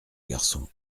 garçon